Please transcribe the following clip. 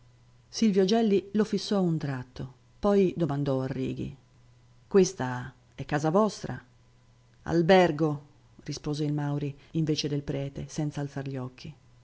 silvio gelli lo fissò un tratto poi domandò al righi questa è casa vostra albergo rispose il mauri invece del prete senza alzar gli occhi